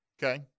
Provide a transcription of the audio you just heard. Okay